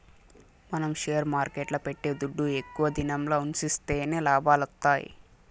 మనం షేర్ మార్కెట్ల పెట్టే దుడ్డు ఎక్కువ దినంల ఉన్సిస్తేనే లాభాలొత్తాయి